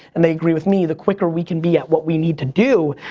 and they agree with me, the quicker we can be at what we need to do.